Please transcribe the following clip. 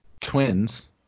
twins